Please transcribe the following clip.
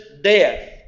death